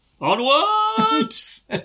Onwards